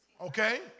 Okay